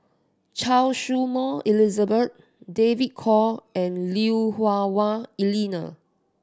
Choy Su Moi Elizabeth David Kwo and Lui Hah Wah Elena